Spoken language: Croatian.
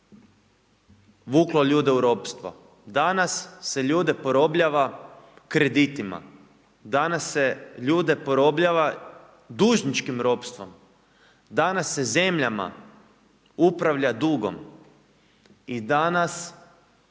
vuklo ljude u ropstvo. Danas se ljude porobljava kreditima, danas se ljude porobljava dužničkim ropstvom, danas se zemljama upravlja dugom. I danas